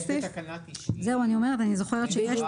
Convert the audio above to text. בתקנה 90 יש ערר.